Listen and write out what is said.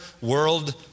world